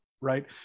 right